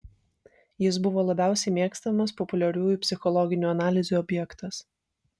jis buvo labiausiai mėgstamas populiariųjų psichologinių analizių objektas